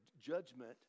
judgment